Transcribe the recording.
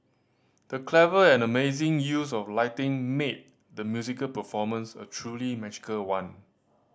the clever and amazing use of lighting made the musical performance a truly magical one